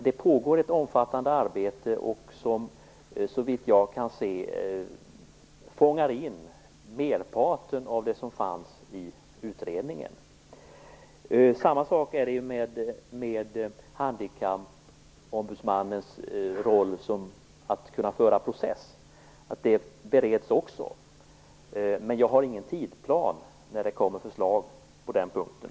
Det pågår ett omfattande arbete som, såvitt jag kan se, fångar in merparten av det som tas upp i utredningen. Samma sak är det med Handikappombudsmannens roll när det gäller att föra process. Den frågan bereds också, men jag har ingen tidsplan för när det kommer förslag på den punkten.